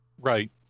Right